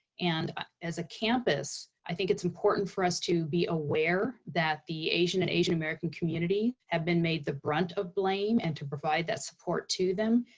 and as a campus, i think it's important for us to be aware that the asian and asian-american community have been made the brunt of blame and to provide that support to them.